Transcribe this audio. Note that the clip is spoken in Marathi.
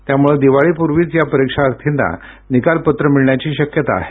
त्यामुळे दिवाळीपूर्वीच या परीक्षार्थींना निकालपत्र मिळण्याची शक्यता आहे